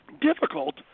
difficult